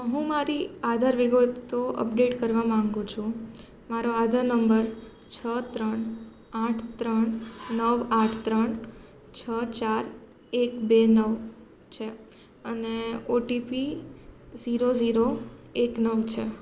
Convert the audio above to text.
હું મારી આધાર વિગતો અપડેટ કરવા માગું છું મારો આધાર નંબર છ ત્રણ આઠ ત્રણ નવ આઠ ત્રણ છ ચાર એક બે નવ છે અને ઓટીપી ઝીરો ઝીરો એક નવ છે